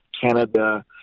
Canada